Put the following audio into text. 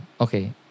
Okay